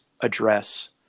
address